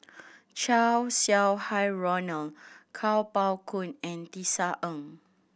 Chow Sau Hai Roland Kuo Pao Kun and Tisa Ng